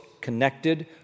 connected